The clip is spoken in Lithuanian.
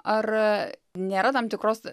ar a nėra tam tikros